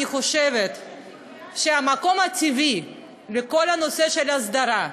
אני חושבת שהמקום הטבעי לכל הנושא של ההסדרה,